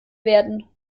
werden